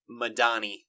Madani